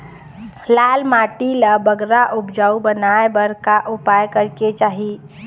लाल माटी ला बगरा उपजाऊ बनाए बर का उपाय करेक चाही?